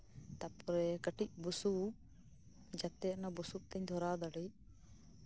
ᱛᱟᱯᱚᱨᱮ ᱠᱟᱹᱴᱤᱡ ᱵᱩᱥᱩᱯ ᱡᱟᱛᱮ ᱚᱱᱟ ᱵᱩᱥᱩᱯ ᱛᱤᱧ ᱫᱷᱚᱨᱟᱣ ᱫᱟᱲᱮᱜ